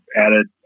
added